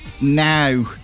now